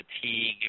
fatigue